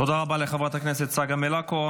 תודה רבה לחברת הכנסת צגה מלקו.